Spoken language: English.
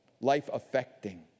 life-affecting